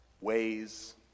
ways